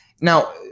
Now